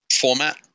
format